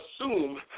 assume